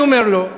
אני אומר לו.